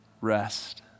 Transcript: rest